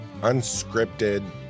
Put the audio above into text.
unscripted